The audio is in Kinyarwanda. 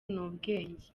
n’ubwenge